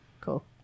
Cool